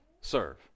Serve